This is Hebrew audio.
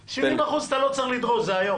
אתה לא צריך לדרוש, זה היום.